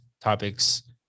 topics